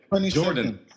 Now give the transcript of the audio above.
Jordan